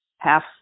half